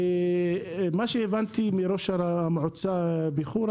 ממה שהבנתי מראש המועצה בחורה